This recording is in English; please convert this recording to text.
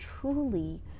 truly